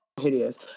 Hideous